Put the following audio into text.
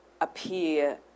appear